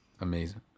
amazing